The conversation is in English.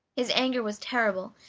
his anger was terrible,